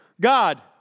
God